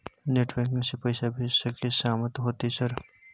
Net banking से पैसा भेज सके सामत होते सर?